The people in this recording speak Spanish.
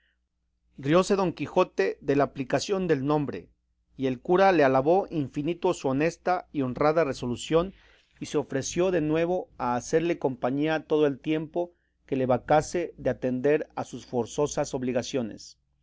teresaina rióse don quijote de la aplicación del nombre y el cura le alabó infinito su honesta y honrada resolución y se ofreció de nuevo a hacerle compañía todo el tiempo que le vacase de atender a sus forzosas obligaciones